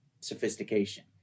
sophistication